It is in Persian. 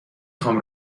خوام